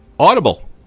Audible